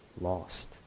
lost